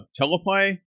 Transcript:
teleplay